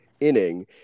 inning